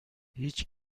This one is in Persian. هیچ